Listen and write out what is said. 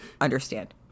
understand